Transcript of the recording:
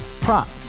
prop